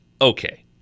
Okay